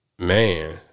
Man